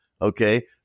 okay